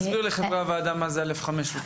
תסביר לחברי הוועדה מה זה א5.